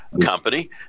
company